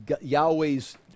Yahweh's